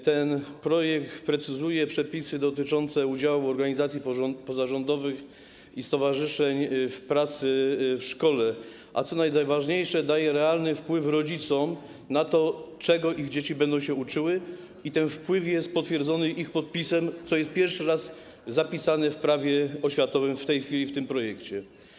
Ten projekt precyzuje przepisy dotyczące udziału organizacji pozarządowych i stowarzyszeń w pracy w szkole, a co najważniejsze - daje realny wpływ rodzicom na to, czego ich dzieci będą się uczyły, i ten wpływ jest potwierdzony ich podpisem, co jest pierwszy raz zapisane w Prawie oświatowym w tym projekcie.